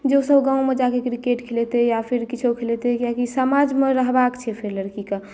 जे ओसभ गाँवमे जा कऽ क्रिकेट खेलेतै या फेर किछो खेलेतै कियाकि समाजमे रहबाक छै फेर लड़कीकेँ